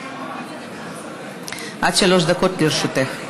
עד שלוש דקות לרשותך.